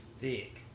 Thick